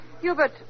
Hubert